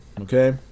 okay